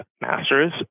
masters